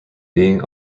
being